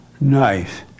Nice